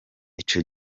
ico